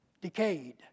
decayed